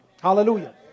Hallelujah